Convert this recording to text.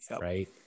Right